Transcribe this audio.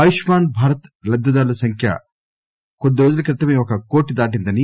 ఆయుష్మాస్ భారత్ లబ్దిదారుల సంఖ్య కొద్దిరోజుల క్రితమే ఒక కోటి దాటిందని